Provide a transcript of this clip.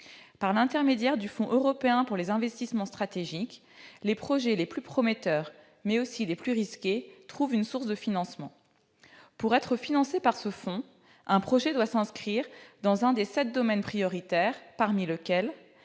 Par l'intermédiaire du Fonds européen pour les investissements stratégiques, les projets les plus prometteurs, mais aussi les plus risqués, trouvent une source de financement. Pour être financé par ce fonds, un projet doit s'inscrire dans un des sept secteurs prioritaires, parmi lesquels